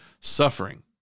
suffering